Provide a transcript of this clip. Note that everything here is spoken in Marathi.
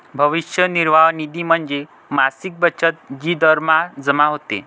भविष्य निर्वाह निधी म्हणजे मासिक बचत जी दरमहा जमा होते